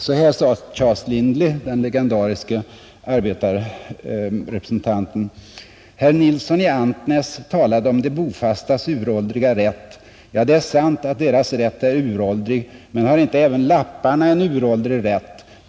Så här sade Charles Lindley, den legendariske arbetarrepresentanten: ”Herr Nilsson i Antnäs talade om de bofastas uråldriga rätt. Ja, det är sant, att deras rätt är uråldrig, men har inte även lapparna en uråldrig rätt?